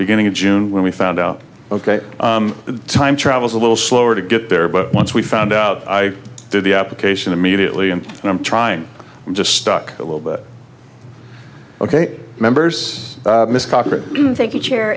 beginning of june when we found out ok the time travel is a little slower to get there but once we found out i did the application immediately and i'm trying i'm just stuck a little bit ok members miss crocker thank you chair